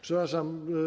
Przepraszam.